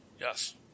Yes